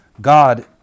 God